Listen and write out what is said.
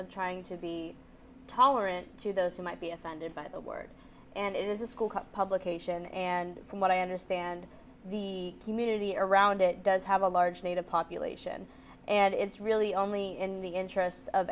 of trying to be tolerant to those who might be offended by the word and is a school cop publication and from what i understand the community around it does have a large native population and it's really only in the interest of